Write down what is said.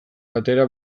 batera